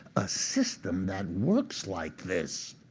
a system that works like this.